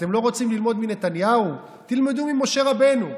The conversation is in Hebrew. אתם לא רוצים ללמוד מנתניהו, תלמדו ממשה רבנו.